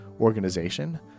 organization